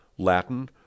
latin